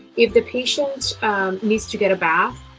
if the patient needs to get a bath,